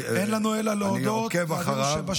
אני עוקב אחריו,